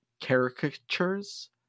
caricatures